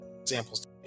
examples